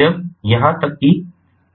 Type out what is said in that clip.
जब या यहां तक कि